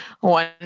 one